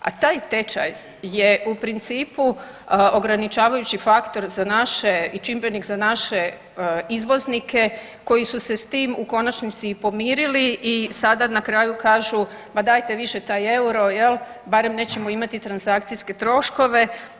A taj tečaj je u principu ograničavajući faktor za naše i čimbenik za naše izvoznike koji su se s tim u konačnici i pomirili i sada na kraju kažu, ma dajte više taj euro jel barem nećemo imati transakcijske troškove.